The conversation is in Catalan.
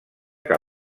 que